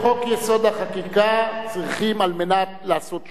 את חוק-יסוד: החקיקה צריכים על מנת לעשות שניים: